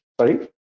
Sorry